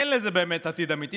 אין לזה עתיד אמיתי.